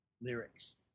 lyrics